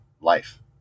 life